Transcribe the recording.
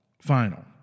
final